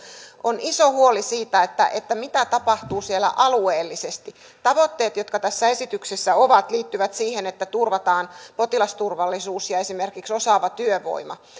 on iso huoli siitä mitä tapahtuu alueellisesti tavoitteet jotka tässä esityksessä ovat liittyvät siihen että turvataan potilasturvallisuus ja esimerkiksi osaava työvoima